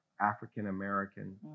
African-American